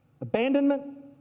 abandonment